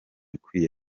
ikwiye